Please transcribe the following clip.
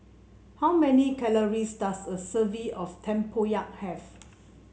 how many calories does a serving of tempoyak have